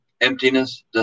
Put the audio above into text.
Emptiness